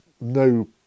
no